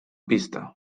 pista